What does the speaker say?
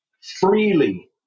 freely